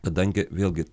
kadangi vėlgi